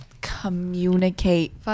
communicate